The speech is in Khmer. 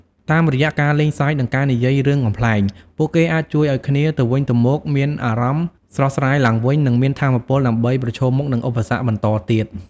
តាមរយៈការលេងសើចនិងការនិយាយរឿងកំប្លែង ពួកគេអាចជួយឱ្យគ្នាទៅវិញទៅមកមានអារម្មណ៍ស្រស់ស្រាយឡើងវិញនិងមានថាមពលដើម្បីប្រឈមមុខនឹងឧបសគ្គបន្តទៀត។